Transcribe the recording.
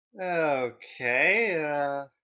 Okay